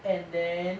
and then